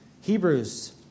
Hebrews